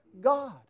God